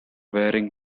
wearing